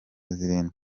zirindwi